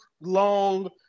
long